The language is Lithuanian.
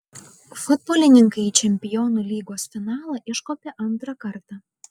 futbolininkai į čempionų lygos finalą iškopė antrą kartą